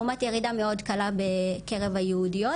לעומת ירידה מאוד קלה בקרב היהודיות,